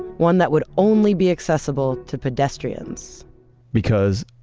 one that would only be accessible to pedestrians because,